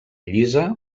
llisa